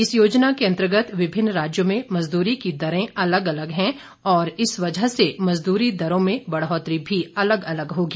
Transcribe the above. इस योजना के अंतर्गत विभिन्न राज्यों में मजदूरी की दरें अलग अलग हैं और इस वजह से मजदूरी दरों में बढ़ोत्तरी भी अलग अलग होगी